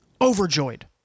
overjoyed